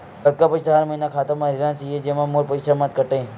कतका पईसा हर महीना खाता मा रहिना चाही जेमा मोर पईसा मत काटे?